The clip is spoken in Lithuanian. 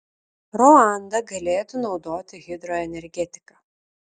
ruanda galėtų naudoti hidroenergetiką